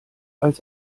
als